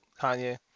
Kanye